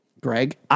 Greg